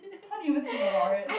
how did you think about it